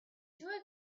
her